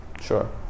sure